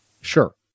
Sure